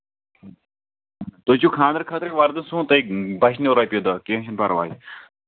تۄہہِ چھُو خانٛدرٕ خٲطرَے وَردَن سُوُن تۄہہِ بَچنو رۄپیہِ دَہ کیٚنہہ چھِنہٕ پَرواے